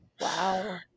Wow